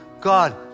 God